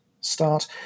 start